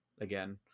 again